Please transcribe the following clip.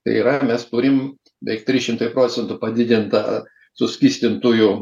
tai yra mes turim beveik trys šimtai procentų padidintą suskystintųjų